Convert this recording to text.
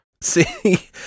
See